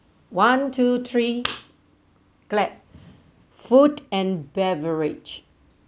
one two three clap food and beverage